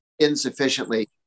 insufficiently